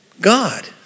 God